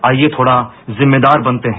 आईए थोड़ा जिम्मेदार बनते है